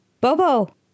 Bobo